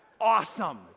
awesome